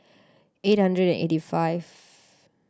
eight hundred eighty five